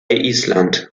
island